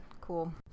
Cool